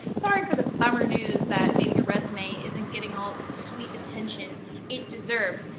sorry for the bummer news that maybe your resume isn't getting all the sweet attention it deserves,